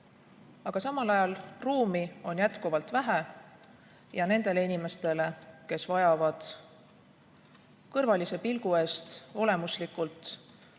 Aga samal ajal ruumi on jätkuvalt vähe, ja nendele inimestele, kes vajavad kõrvalise pilgu eest olemuslikult